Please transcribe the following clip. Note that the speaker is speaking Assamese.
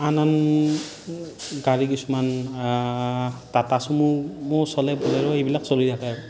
আন আন গাড়ী কিছুমান টাটা চুমু চলে ব'লেৰ' এইবিলাক চলি থাকে